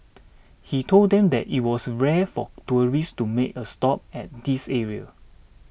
he told them that it was rare for tourists to make a stop at this area